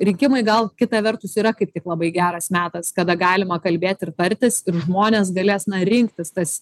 rinkimai gal kita vertus yra kaip tik labai geras metas kada galima kalbėti ir tartis ir žmonės galės rinktis tas